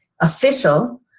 official